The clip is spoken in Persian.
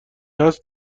هست